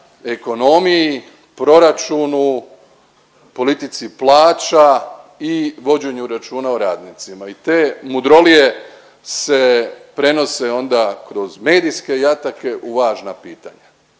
ekonomiji, proračunu, politici plaća i vođenju računa o radnicima i te mudrolije se prenose onda kroz medijske jatake u važna pitanja